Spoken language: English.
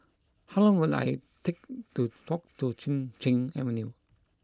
how long will it lie take to walk to Chin Cheng Avenue